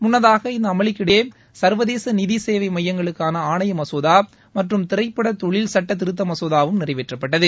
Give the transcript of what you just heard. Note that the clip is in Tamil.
முன்னதாக இந்த அமளிகளுக்கிடையே சர்வதேச நிதி சேவை மையங்களுக்கான ஆணைய மசோதா மற்றும் திரைப்படத் தொழில் சட்டத் திருத்த மசோதாவும் நிறைவேற்றப்பட்டது